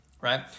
Right